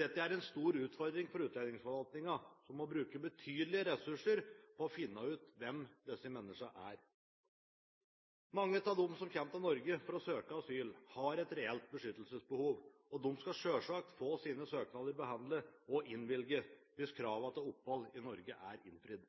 Dette er en stor utfordring for utlendingsforvaltningen, som må bruke betydelige ressurser på å finne ut hvem disse menneskene er. Mange av dem som kommer til Norge for å søke asyl, har et reelt beskyttelsesbehov, og de skal selvsagt få sine søknader behandlet og innvilget hvis kravene til opphold i Norge er innfridd.